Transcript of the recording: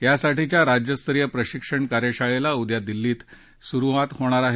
यासाठीच्या राज्य स्तरीय प्रशिक्षण कार्य शाळेला उद्या दिल्लीत सुरुवात होणार आहे